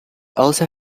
also